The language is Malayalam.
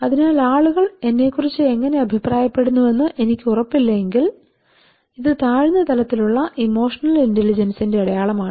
അതിനാൽ ആളുകൾ എന്നെക്കുറിച്ച് എങ്ങനെ അഭിപ്രായപ്പെടുന്നുവെന്ന് എനിക്ക് ഉറപ്പില്ല എങ്കിൽ ഇത് താഴ്ന്ന തലത്തിലുള്ള ഇമോഷണൽ ഇന്റെലിജൻസിന്റെ അടയാളമാണ്